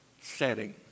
setting